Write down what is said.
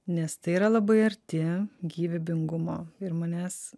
nes tai yra labai arti gyvybingumo ir manęs